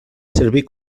servir